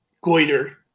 goiter